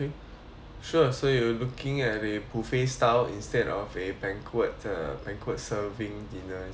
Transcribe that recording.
sure so you looking at the buffet style instead of a banquet uh banquet serving dinner is that correct